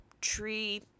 tree